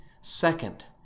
Second